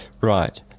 right